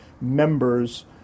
members